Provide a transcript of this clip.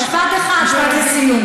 משפט אחד, משפט לסיום.